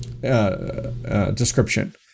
description